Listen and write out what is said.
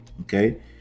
okay